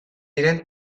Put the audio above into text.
diren